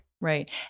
Right